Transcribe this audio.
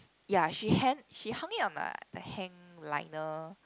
ya she hand she hung it on the hang liner